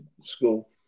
school